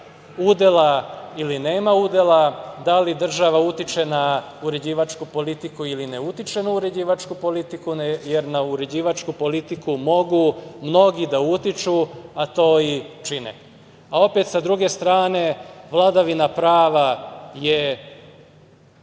udela ili nema udela, da li država utiče na uređivačku politiku ili ne utiče na uređivačku politiku, jer na uređivačku politiku mogu mnogi da utiču a to i čine. Opet, sa druge strane, vladavina prava je